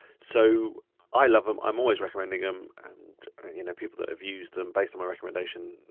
so i love them, i'm always recommending them and you know people that have used them based on my recommendation,